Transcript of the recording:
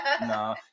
no